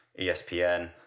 ESPN